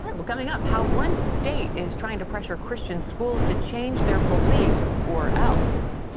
um coming up, how one state is trying to pressure christian schools to change their beliefs or else.